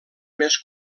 més